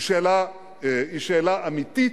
אני מבין את הבעיה,